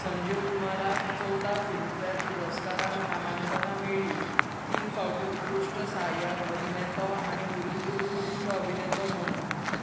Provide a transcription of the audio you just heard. संजीव कुमाराक चोवदा फिल्मफॅर पुरस्कारांक नामांकनां मेळ्ळीं तीन फावटीं उत्कृश्ट साहय्यक अभिनेतो आनी उरिल्लीं उत्कृश्ट अभिनेतो म्हूण